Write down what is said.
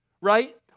right